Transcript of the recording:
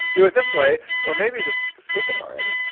do it this way or maybe just skip it already.